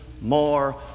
more